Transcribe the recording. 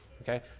okay